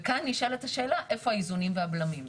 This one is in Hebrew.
כאן נשאלת השאלה איפה האיזונים והבלמים.